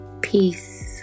Peace